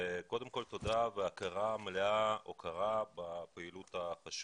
קודם כל, תודה והוקרה מלאה בפעילות החשובה.